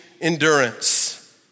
endurance